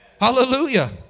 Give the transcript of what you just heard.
Hallelujah